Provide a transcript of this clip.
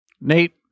Nate